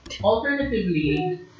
Alternatively